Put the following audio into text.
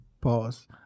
Pause